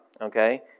okay